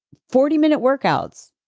forty minute workouts.